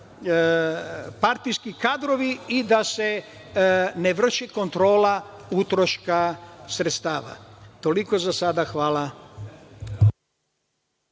partijski kadrovi i da se ne vrši kontrola utroška sredstava. Toliko, hvala.